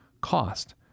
cost